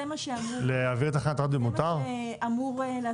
זה מה שהוא אמור לעשות.